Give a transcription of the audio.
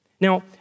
Now